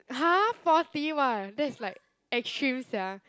!huh! forty !wow! that is like extreme sia